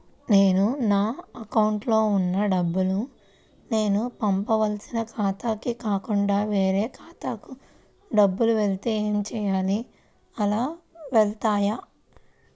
నేను నా అకౌంట్లో వున్న డబ్బులు నేను పంపవలసిన ఖాతాకి కాకుండా వేరే ఖాతాకు డబ్బులు వెళ్తే ఏంచేయాలి? అలా వెళ్తాయా?